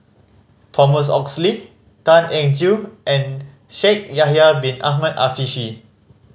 Thomas Oxley Tan Eng Joo and Shaikh Yahya Bin Ahmed Afifi